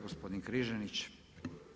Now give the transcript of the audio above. Gospodin Križanić.